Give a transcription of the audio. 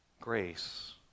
grace